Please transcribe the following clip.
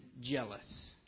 jealous